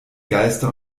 geister